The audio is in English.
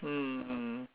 mm